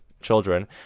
children